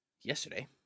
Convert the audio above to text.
yesterday